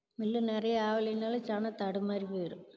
mill நிறையா ஆகலைனாலும் ஜனம் தடுமாறி போயிடும்